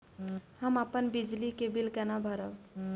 हम अपन बिजली के बिल केना भरब?